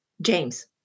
James